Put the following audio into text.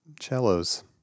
cellos